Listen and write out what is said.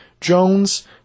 Jones